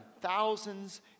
thousands